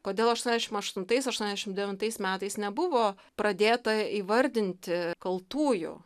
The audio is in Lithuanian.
kodėl aštuoniasdešimt aštuntais aštuoniasdešimt devintais metais nebuvo pradėta įvardinti kaltųjų